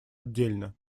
отдельно